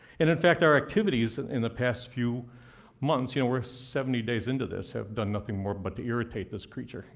in effect, our activities in the past few months you know we're seventy days into this have done nothing more but to irritate this creature.